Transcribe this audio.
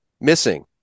missing